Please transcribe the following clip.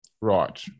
Right